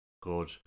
good